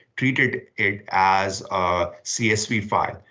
treat it it as a csv file.